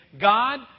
God